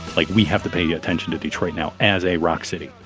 like we have to pay attention to detroit now as a rock city.